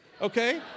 okay